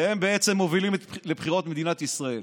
והם בעצם מובילים לבחירות במדינת ישראל.